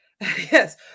Yes